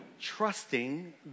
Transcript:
trusting